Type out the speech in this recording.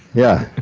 yeah.